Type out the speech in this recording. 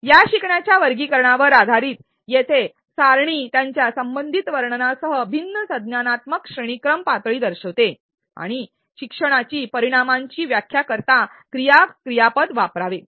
या शिकण्याच्या वर्गीकरणावर आधारित येथे सारणी त्यांच्या संबंधित वर्णनासह भिन्न संज्ञानात्मक श्रेणीक्रम शिक्षणाची व्याख्या करताना वापरल्या जाणार्या त्यांच्या संबंधित वर्णनासह आणि कृती क्रियापदांसह पातळी दर्शवते